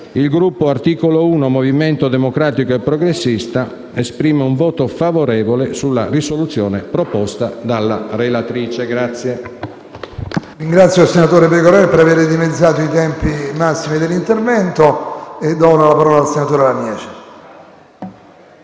il Gruppo Articolo 1-Movimento democratico e progressista esprimerà un voto favorevole sulla risoluzione proposta dalla relatrice.